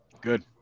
Good